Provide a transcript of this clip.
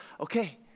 okay